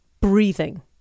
breathing